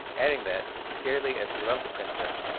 adding that, dearly as he loved the princess,